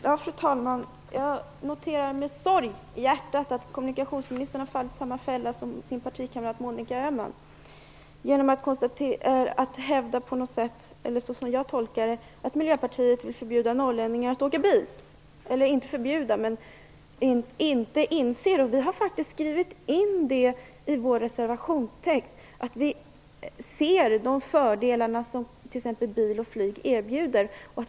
Fru talman! Jag noterar med sorg i hjärtat att kommunikationsministern har fallit i samma fälla som sin partikamrat Monica Öhman. Som jag tolkar det hävdar hon på något sätt att Miljöpartiet vill förbjuda norrlänningar att åka bil. Eller det kanske inte handlar om förbud utan om att vi inte skulle ha någon insikt. Vi har faktiskt skrivit in i vår reservationstext att vi ser de fördelar som t.ex. bil och flyg erbjuder.